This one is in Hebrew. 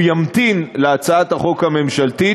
הוא ימתין להצעת החוק הממשלתית,